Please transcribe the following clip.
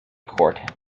court